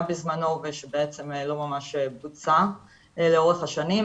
בזמנו ושבעצם לא ממש בוצע לאורך השנים,